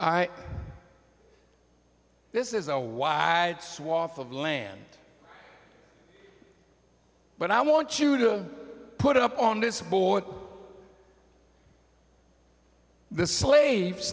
what i this is a wide swath of land but i want you to put it up on this board the slaves